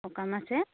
সকাম আছে